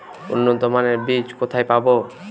উন্নতমানের বীজ কোথায় পাব?